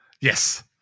Yes